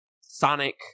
Sonic